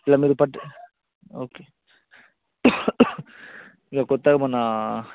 okay ఇక కొత్తగ మొన్న